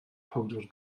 powdr